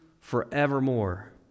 forevermore